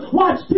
watch